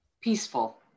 Peaceful